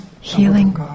healing